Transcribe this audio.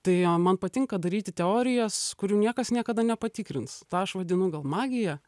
tai man patinka daryti teorijas kurių niekas niekada nepatikrins tą aš vadinu gal magija